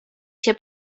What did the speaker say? się